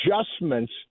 adjustments